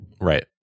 Right